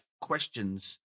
questions